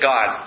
God